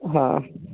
হ্যাঁ